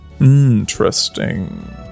Interesting